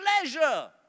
pleasure